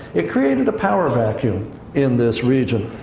it created a power vacuum in this region.